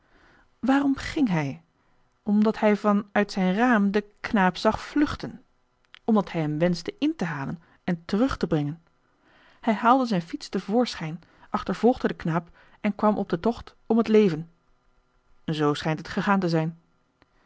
waarom ging hij omdat hij van uit zijn raam den knaap zag vluchten omdat hij hem wenschte in te halen en terug te brengen hij haalde zijn fiets te voorschijn achtervolgde den knaap en kwam op den tocht om het leven zoo schijnt het gegaan te zijn